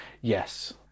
Yes